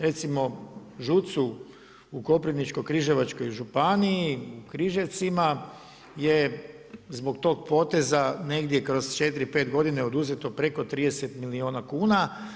Recimo ŽUC-u Koprivničko-križevačkoj županiji, u Križevcima je zbog tog poteza negdje kroz četiri, pet godina je oduzeto preko 30 milijuna kuna.